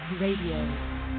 Radio